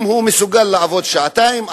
אם הוא מסוגל לעבוד שעתיים,